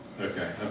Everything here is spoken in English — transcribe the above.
Okay